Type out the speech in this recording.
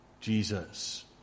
Jesus